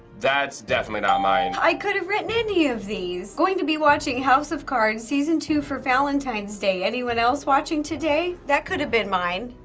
that's definitely not mine. i could have written any of these. going to be watching house of cards season two for valentine's day. anyone else watching today? that could have been mine.